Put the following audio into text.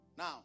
Now